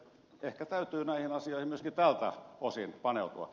ehkä täytyy näihin asioihin myöskin tältä osin paneutua